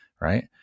Right